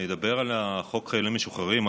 אני אדבר על חוק חיילים משוחררים,